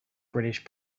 british